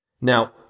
Now